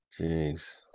Jeez